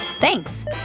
Thanks